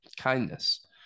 kindness